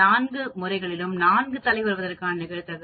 இந்த நான்கு முறைகளிலும் நான்கு தலை வருவதற்கான நிகழ்தகவு 6